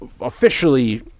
officially